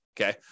Okay